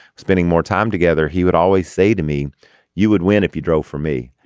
spending more time together he would always say to me you would win if you drove for me.